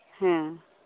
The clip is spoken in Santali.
ᱦᱮᱸ